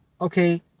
Okay